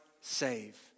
save